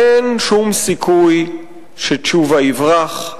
אין שום סיכוי שתשובה יברח.